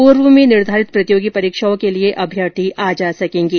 पूर्व में निर्धारित प्रतियोगी परीक्षाओं के लिए अभ्यर्थी आ जा सकेंगे